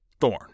Thorn